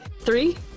three